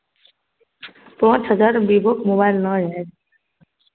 पाँच हजारमे विवोके मोबाइल नही हैत